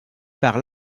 par